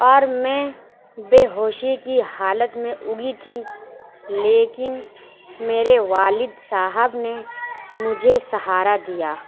اور میں بے ہوشی کی حالت میں اُگی تھی لیکن میرے والد صاحب نے مجھے سہارا دیا